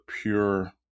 pure